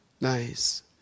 Nice